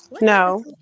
No